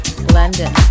London